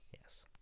Yes